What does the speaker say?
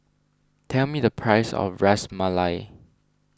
tell me the price of Ras Malai